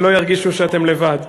שלא ירגישו שאתם לבד.